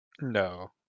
No